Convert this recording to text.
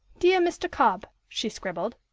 dear mr. cobb she scribbled,